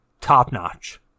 Top-notch